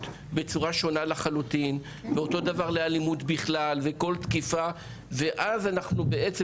בצורה שונה לחלוטין ואותו דבר לאלימות בכלל וכל תקיפה ואז אנחנו בעצם,